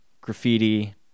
graffiti